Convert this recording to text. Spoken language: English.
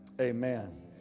Amen